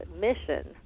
mission